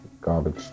garbage